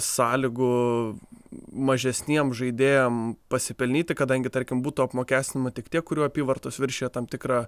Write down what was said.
sąlygų mažesniem žaidėjam pasipelnyti kadangi tarkim būtų apmokestinama tik tie kurių apyvartos viršija tam tikrą